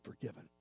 forgiven